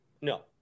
No